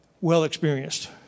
well-experienced